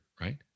right